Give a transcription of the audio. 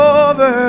over